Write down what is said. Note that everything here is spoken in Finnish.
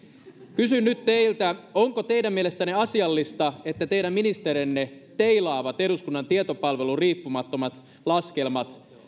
kysyn nyt teiltä onko teidän mielestänne asiallista että teidän ministerinne teilaavat eduskunnan tietopalvelun riippumattomat laskelmat